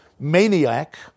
maniac